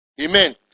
Amen